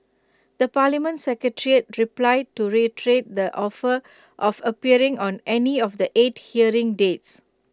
the parliament secretariat replied to reiterate the offer of appearing on any of the eight hearing dates